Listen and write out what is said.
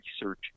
research